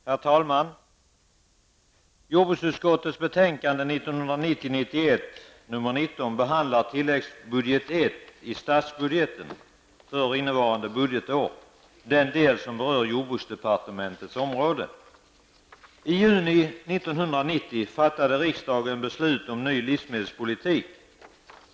Herr talman! Jordbruksutskottets betänkanden I juni 1990 fattade riksdagen beslut om ny livsmedelspolitik.